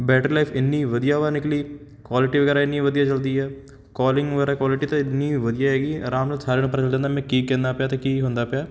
battery life ਇੰਨੀ ਵਧੀਆ ਵਾ ਨਿਕਲੀ ਕੁਆਲਿਟੀ ਵਗੈਰਾ ਇੰਨੀ ਵਧੀਆ ਚਲਦੀ ਆ ਕਾਲਿੰਗ ਵਗੈਰਾ ਕੁਆਲਿਟੀ ਤਾਂ ਇੰਨੀ ਵਧੀਆ ਹੈਗੀ ਆਰਾਮ ਨਾਲ ਸਾਰਿਆਂ ਨੂੰ ਪਤਾ ਚੱਲ ਜਾਂਦਾ ਮੈਂ ਕੀ ਕਹਿੰਦਾ ਪਿਆ ਅਤੇ ਕੀ ਹੁੰਦਾ ਪਿਆ